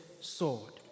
sword